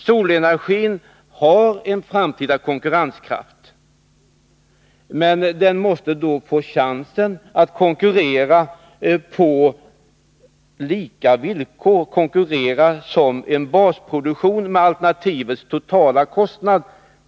Solenergin har en framtida konkurrenskraft, men den måste få chansen att konkurrera på lika villkor, konkurrera som en basproduktion med hänsyn till alternativens totala kostnad.